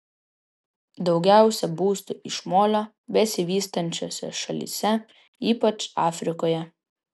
daugiausiai būstų iš molio besivystančiose šalyse ypač afrikoje